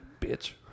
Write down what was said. Bitch